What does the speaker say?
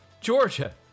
Georgia